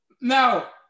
Now